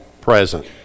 present